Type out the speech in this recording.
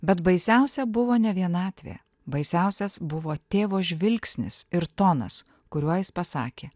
bet baisiausia buvo ne vienatvė baisiausias buvo tėvo žvilgsnis ir tonas kuriuo jis pasakė